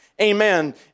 amen